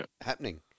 happening